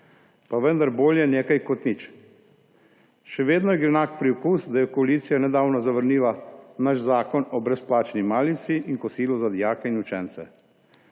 Pa vendar bolje nekaj kot nič. Še vedno je grenak priokus, da je koalicija nedavno zavrnila naš zakon o brezplačni malici in kosilu za dijake in učence.